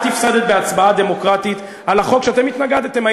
את הפסדת בהצבעה דמוקרטית על החוק שלו התנגדתם.